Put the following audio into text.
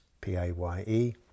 PAYE